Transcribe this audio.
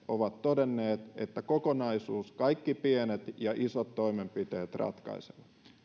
ovat todenneet että kokonaisuus kaikki pienet ja isot toimenpiteet ratkaisee